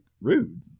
rude